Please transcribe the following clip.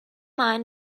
mind